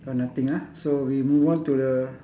got nothing ah so we move on to the